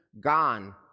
gone